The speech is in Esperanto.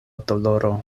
doloro